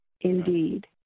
indeed